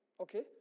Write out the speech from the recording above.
Okay